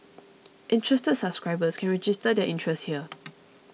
interested subscribers can register their interest here